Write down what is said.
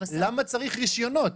למה צריך רישיונות?